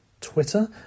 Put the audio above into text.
Twitter